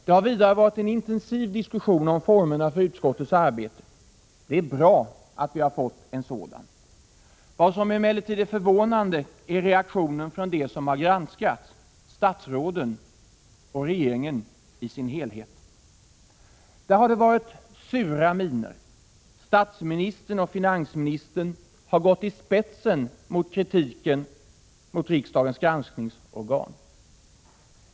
Det har vidare varit en intensiv diskussion om formerna för utskottets arbete. Det är bra att vi har fått en sådan. Vad som emellertid är förvånande är reaktionen från dem som har granskats, statsråden och regeringen i dess helhet. Där har det varit sura miner. Statsministern och finansministern har gått i spetsen för kritiken mot riksdagens granskningsorgan.